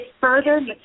further